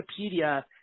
Wikipedia